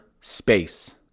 space